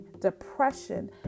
depression